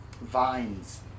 vines